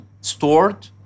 stored